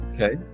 Okay